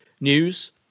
news